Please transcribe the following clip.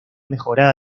mejorada